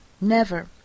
Never